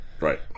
right